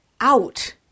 out